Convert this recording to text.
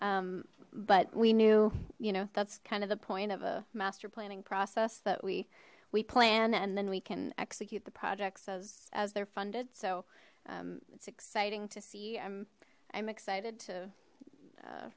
but we knew you know that's kind of the point of a master planning process that we we plan and then we can execute the projects as as they're funded so it's exciting to see i'm i'm excited to